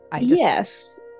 Yes